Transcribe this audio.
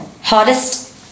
Hardest